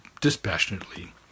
dispassionately